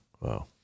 Wow